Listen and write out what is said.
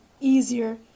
easier